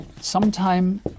Sometime